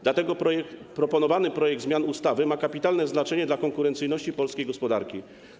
Dlatego proponowany projekt zmian ustawy ma kapitalne znaczenie dla konkurencyjności polskiej gospodarki.